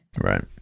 right